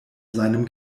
seinem